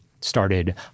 started